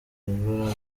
imbaraga